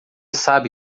sabe